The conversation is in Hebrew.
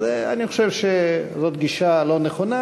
אני חושב שזאת גישה לא נכונה,